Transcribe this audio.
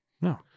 No